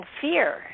fear